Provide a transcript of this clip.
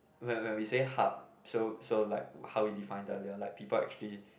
when when we say hub so so like how we define the they are like people actually